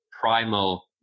primal